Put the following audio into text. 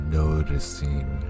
noticing